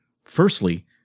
Firstly